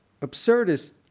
absurdist